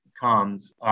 comes